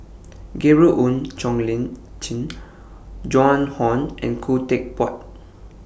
Gabriel Oon Chong Lin Jin Joan Hon and Khoo Teck Puat